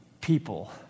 people